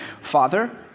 Father